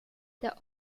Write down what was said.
der